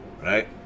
Right